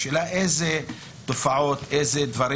השאלה איזה תופעות באמת יש פה.